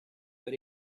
but